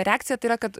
reakcija tai yra kad